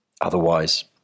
otherwise